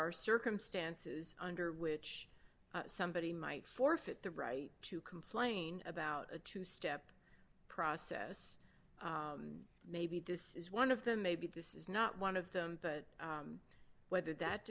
are circumstances under which somebody might forfeit the right to complain about a two step process maybe this is one of them maybe this is not one of them but whether that